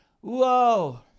Whoa